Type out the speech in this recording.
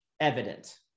evident